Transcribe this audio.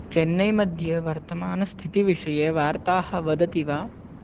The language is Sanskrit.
चेन्नै मध्ये वर्तमानस्थितिविषये वार्ताः वदति वा